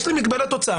יש עליי מגבלת הוצאה.